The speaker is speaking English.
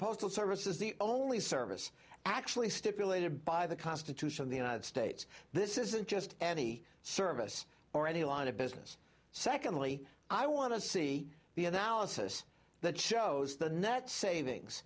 postal service is the only service actually stipulated by the constitution of the united states this isn't just any service or any line of business secondly i want to see the analysis that shows the net savings